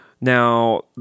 Now